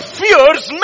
fears